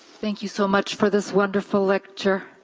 thank you so much for this wonderful lecture.